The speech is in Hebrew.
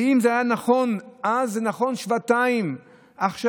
ואם זה היה נכון אז, זה נכון שבעתיים עכשיו.